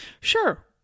Sure